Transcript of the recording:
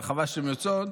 אבל חבל שאתן יוצאות,